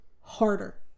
harder